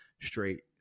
straight